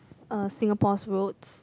uh Singapore's roads